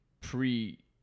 pre